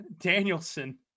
Danielson